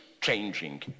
changing